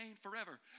forever